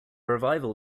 revival